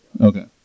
Okay